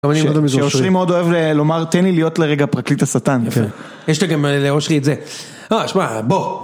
שאושרי מאוד אוהב לומר תן לי להיות לרגע פרקליט השטן. יש לגמרי לאושרי את זה אה שמע בוא